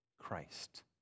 Christ